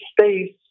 space